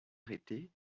arrêtée